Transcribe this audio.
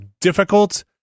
difficult